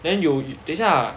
then 有有等一下